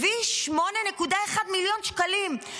הביא 8.1 מיליון שקלים.